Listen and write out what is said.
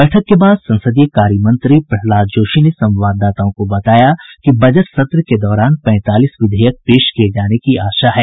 बैठक के बाद संसदीय कार्य मंत्री प्रहलाद जोशी ने संवाददाताओं को बताया कि बजट सत्र के दौरान पैंतालीस विधेयक पेश किए जाने की आशा है